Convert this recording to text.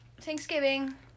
Thanksgiving